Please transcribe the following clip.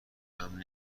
امن